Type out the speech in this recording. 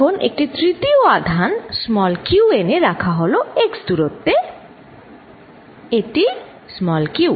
এখন একটি তৃতীয় আধান q এনে রাখা হল x দূরত্বে এ টি q